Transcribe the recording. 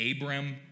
Abram